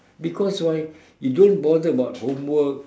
because why you don't bother about homework